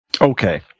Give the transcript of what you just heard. Okay